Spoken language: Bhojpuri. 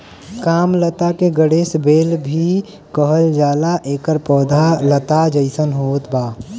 कामलता के गणेश बेल भी कहल जाला एकर पौधा लता जइसन होत बा